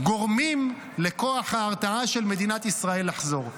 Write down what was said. גורמים לכוח ההרתעה של מדינת ישראל לחזור.